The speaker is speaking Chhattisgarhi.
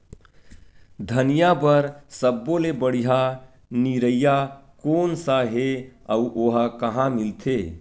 धनिया बर सब्बो ले बढ़िया निरैया कोन सा हे आऊ ओहा कहां मिलथे?